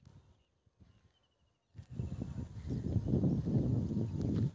कृषि चक्र कोनो फसलक विकास आ कटाई सं संबंधित सलाना कामकाज के कहल जाइ छै